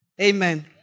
Amen